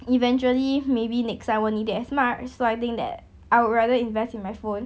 eventually maybe next I won't need it as much so I think that I would rather invest in my phone